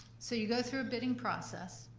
so you go through a bidding process.